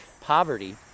poverty